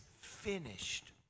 finished